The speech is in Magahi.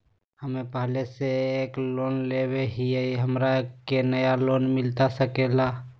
हमे पहले से एक लोन लेले हियई, हमरा के नया लोन मिलता सकले हई?